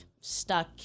stuck